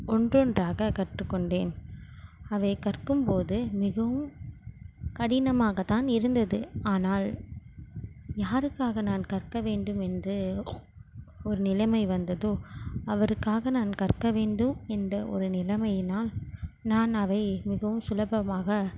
ஒன்றொன்றாக கற்றுக்கொண்டேன் அவை கற்கும்போது மிகவும் கடினமாக தான் இருந்தது ஆனால் யாருக்காக நான் கற்க வேண்டும் என்று ஒரு நிலைமை வந்ததோ அவருக்காக நான் கற்க வேண்டும் என்ற ஒரு நிலமையினால் நான் அவை மிகவும் சுலபமாக